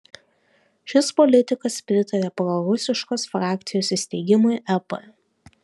šis politikas pritaria prorusiškos frakcijos įsteigimui ep